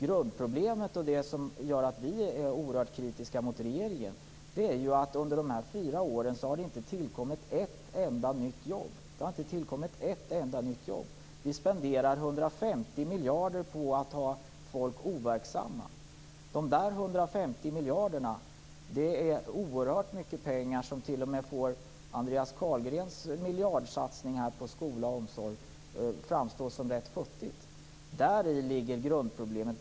Det som gör att vi i Folkpartiet är oerhört kritiska mot regeringen är att det under dessa fyra år inte har tillkommit ett enda nytt jobb. Vi spenderar 150 miljarder på att ha människor overksamma. De 150 miljarderna är oerhört mycket pengar som t.o.m. får Andreas Carlgrens miljardsatsning på skola och omsorg att framstå som rätt futtigt. Däri ligger grundproblemet.